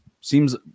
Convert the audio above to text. seems